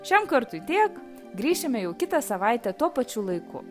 šiam kartui tiek grįšime jau kitą savaitę tuo pačiu laiku